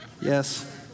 yes